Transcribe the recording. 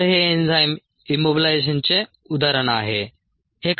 तर हे एन्झाइम इम्मोबिलायइझेशनचे उदाहरण आहे